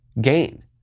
gain